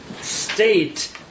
state